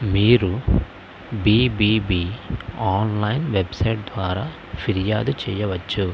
మీరు BBB online website ద్వారా ఫిర్యాదు చేయవచ్చు